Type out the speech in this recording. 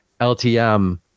LTM